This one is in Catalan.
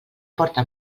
porta